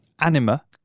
Anima